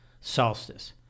solstice